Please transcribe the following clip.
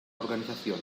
organización